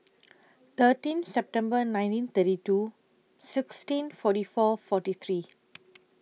thirteen September nineteen thirty two sixteen forty four forty three